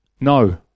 No